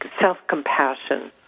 self-compassion